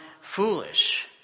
foolish